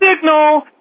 signal